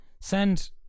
Send